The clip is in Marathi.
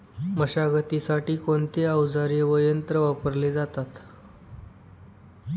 मशागतीसाठी कोणते अवजारे व यंत्र वापरले जातात?